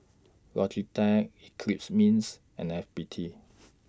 Logitech Eclipse Mints and F B T